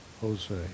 Jose